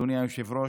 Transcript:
אדוני היושב-ראש,